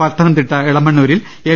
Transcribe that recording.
പത്തനംതിട്ട ഇളമണ്ണൂരിൽ എൽ